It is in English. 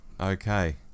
Okay